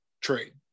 trade